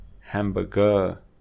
Hamburger